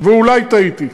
ואולי טעיתי.